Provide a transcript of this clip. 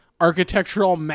architectural